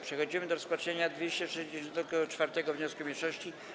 Przechodzimy do rozpatrzenia 264. wniosku mniejszości.